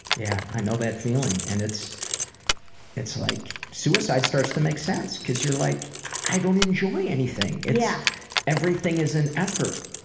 yeah i know that feeling. and it's it's like suicide starts to make sense cuz you're like i don't enjoy anything. yeah everything is an effort.